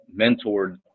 mentored